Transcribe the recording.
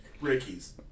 Ricky's